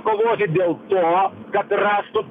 kovoti dėl to kad rastų